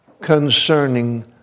concerning